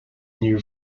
knew